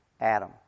Adam